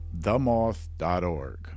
themoth.org